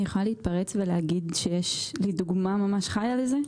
אני יכולה להתפרץ ולהגיד שיש לי דוגמה חיה לזה.